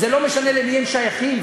וזה לא משנה למי הם שייכים,